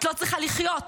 את לא צריכה לחיות,